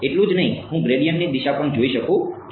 એટલું જ નહીં હું ગ્રેડીયંટની દિશા પણ જોઈ શકું છું